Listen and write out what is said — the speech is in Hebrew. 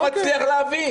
לא מצליח להבין.